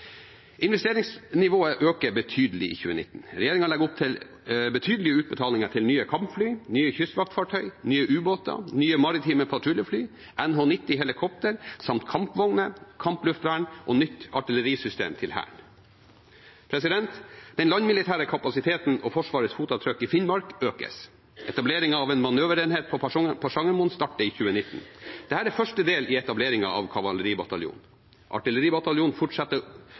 Investeringsnivået øker betydelig i 2019. Regjeringen legger opp til betydelige utbetalinger til nye kampfly, nye kystvaktfartøy, nye ubåter, nye maritime patruljefly, NH90-helikoptre samt kampvogner, kampluftvern og nytt artillerisystem til Hæren. Den landmilitære kapasiteten og Forsvarets fotavtrykk i Finnmark økes. Etableringen av en manøverenhet på Porsangermoen starter i 2019. Dette er første del i etableringen av kavaleribataljonen. Artilleribataljonen fortsetter